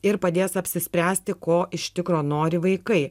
ir padės apsispręsti ko iš tikro nori vaikai